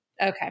Okay